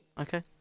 Okay